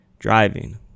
driving